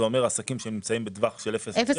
זה אומר שעסקים שנמצאים בטווח של אפס